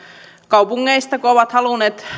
kaupungeista ovat halunneet